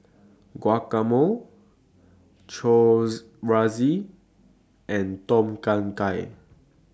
Guacamole Chorizo and Tom Kha Gai